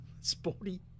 sporty